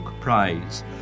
prize